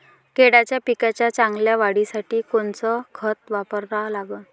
केळाच्या पिकाच्या चांगल्या वाढीसाठी कोनचं खत वापरा लागन?